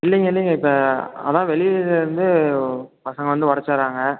இல்லைங்க இல்லைங்க இப்போ அதுதான் வெளிலிருந்து பசங்கள் வந்து உடைச்சிர்றாங்க